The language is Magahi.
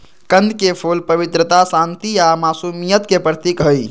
कंद के फूल पवित्रता, शांति आ मासुमियत के प्रतीक हई